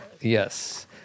yes